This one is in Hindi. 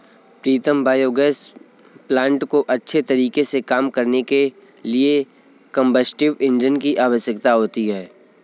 प्रीतम बायोगैस प्लांट को अच्छे तरीके से काम करने के लिए कंबस्टिव इंजन की आवश्यकता होती है